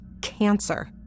cancer